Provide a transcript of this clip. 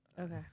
Okay